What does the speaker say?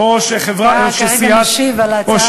אתה כרגע משיב על ההצעה הזאת.